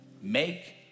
Make